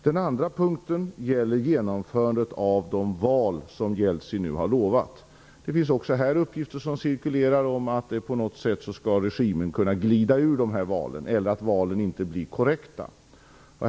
Den andra punkten gäller genomförandet av de val som Jeltsin nu har lovat. Det cirkulerar uppgifter om att regimen på något sätt skall kunna glida ur dessa val eller att valen inte blir korrekta.